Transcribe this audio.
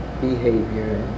behavior